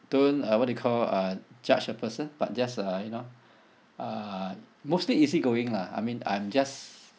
don't uh what you call uh judge a person but just uh you know uh mostly easy going lah I mean I'm just